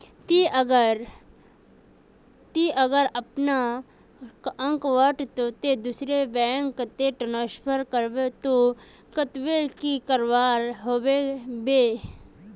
ती अगर अपना अकाउंट तोत दूसरा बैंक कतेक ट्रांसफर करबो ते कतेक की करवा होबे बे?